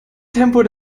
tempo